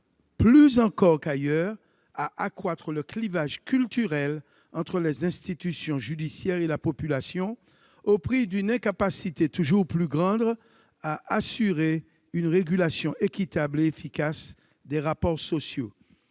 plus encore qu'ailleurs, à accroître le clivage culturel entre les institutions judiciaires et la population, au prix d'une incapacité toujours plus grande à assurer une régulation équitable et efficace des rapports sociaux.